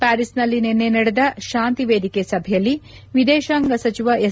ಪ್ಯಾರಿಸ್ನಲ್ಲಿ ನಿನ್ನೆ ನಡೆದ ಶಾಂತಿ ವೇದಿಕೆ ಸಭೆಯಲ್ಲಿ ವಿದೇಶಾಂಗ ಸಚಿವ ಎಸ್